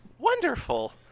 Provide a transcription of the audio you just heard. wonderful